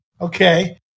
Okay